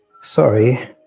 Sorry